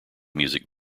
music